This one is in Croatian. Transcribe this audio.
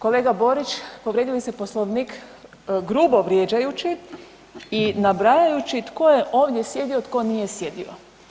Kolega Borić, povrijedili ste Poslovnik grubo vrijeđajući i nabrajajući tko je ovdje sjedio i tko nije sjedio.